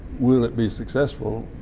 will it be successful?